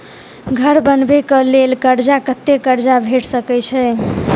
घर बनबे कऽ लेल कर्जा कत्ते कर्जा भेट सकय छई?